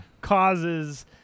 causes